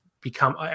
become